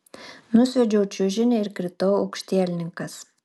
nusviedžiau čiužinį ir kritau aukštielninkas